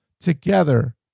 together